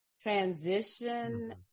transition